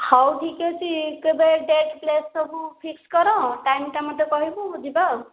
ହେଉ ଠିକ୍ ଅଛି କେବେ ଡେଟ୍ ଫେଟ୍ ସବୁ ଫିକ୍ସ୍ କର ଟାଇମ୍ଟା ମୋତେ କହିବୁ ଯିବା ଆଉ